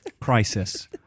Crisis